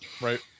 Right